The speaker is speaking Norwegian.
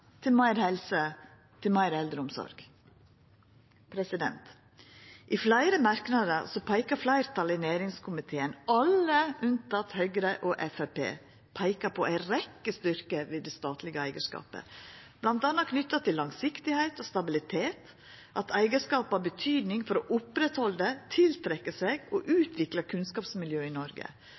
til meir helse eller til meir eldreomsorg. I fleire merknader peikar fleirtalet i næringskomiteen, alle unnateke Høgre og Framstegspartiet, på ei rekkje styrkar ved det statlege eigarskapet, bl.a. knytte til langsiktigheit og stabilitet, at eigarskapet har betydning for å halda oppe, tiltrekkja seg og utvikla kunnskapsmiljø i Noreg,